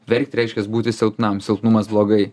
verkt reiškias būti silpnam silpnumas blogai